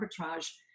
arbitrage